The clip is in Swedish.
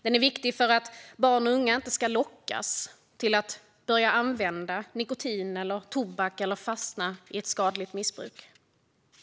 Den är viktig för att barn och unga inte ska lockas till att börja använda nikotin eller tobak eller fastna i ett skadligt missbruk.